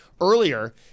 earlier